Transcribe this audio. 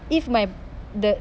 if my the